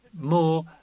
more